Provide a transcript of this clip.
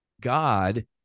God